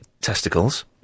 testicles